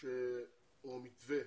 או מתווה,